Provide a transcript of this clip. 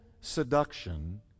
seduction